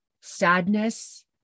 sadness